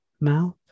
mouth